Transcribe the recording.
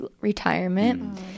retirement